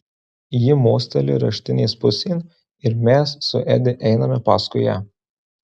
ji mosteli raštinės pusėn ir mes su edi einame paskui ją